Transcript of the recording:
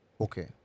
Okay